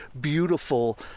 beautiful